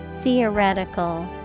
Theoretical